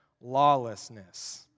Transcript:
lawlessness